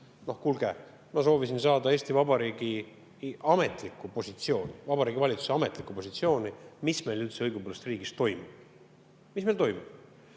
Kuulge, ma soovisin saada Eesti Vabariigi ametlikku positsiooni, Vabariigi Valitsuse ametlikku positsiooni, mis meil õigupoolest riigis üldse toimub. Mis meil toimub? Teine